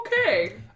Okay